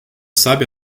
sabe